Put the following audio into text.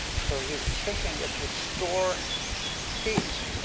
so he was thinking it would store heat.